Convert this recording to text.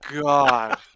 God